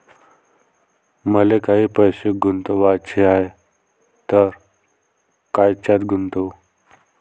मले काही पैसे गुंतवाचे हाय तर कायच्यात गुंतवू?